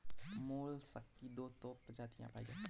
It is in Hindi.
मोलसक की तो दो प्रजातियां पाई जाती है